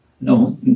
no